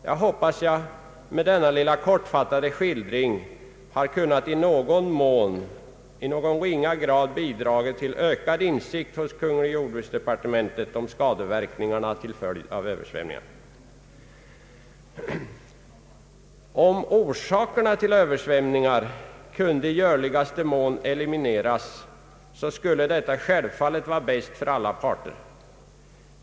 Jag hoppas att jag med denna lilla kortfattade skildring har kunnat i någon ringa grad bidraga till ökad insikt hos kungl. jordbruksdepartementet om skadeverkningarna till följd av översvämningar. Om orsakerna till översvämningarna kunde i görligaste mån elimineras, skulle självfallet detta vara bäst för alla parter.